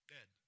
Dead